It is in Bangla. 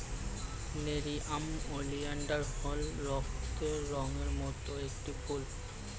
নেরিয়াম ওলিয়েনডার হল রক্তের রঙের মত একটি ফুল